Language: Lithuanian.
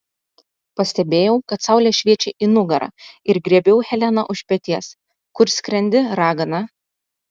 pastebėjau kad saulė šviečia į nugarą ir griebiau heleną už peties kur skrendi ragana